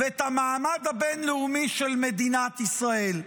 ואת המעמד הבין-לאומי של מדינת ישראל.